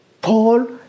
Paul